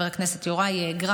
חבר הכנסת יוראי הרצנו,